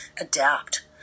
adapt